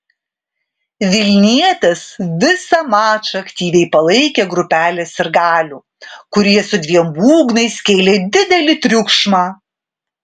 vilnietes visą mačą aktyviai palaikė grupelė sirgalių kurie su dviem būgnais kėlė didelį triukšmą